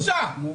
בושה.